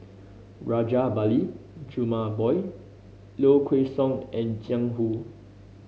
Rajabali Jumabhoy Low Kway Song and Jiang Hu